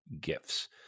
gifts